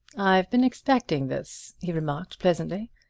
i've been expecting this, he remarked pleasantly.